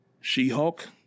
She-Hulk